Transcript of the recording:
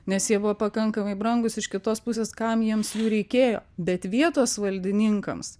nes jie buvo pakankamai brangūs iš kitos pusės kam jiems jų reikėjo bet vietos valdininkams